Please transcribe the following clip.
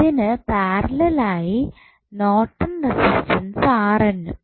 ഇതിനു പാരലൽ ആയി Norton resistance ഉം